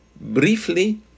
briefly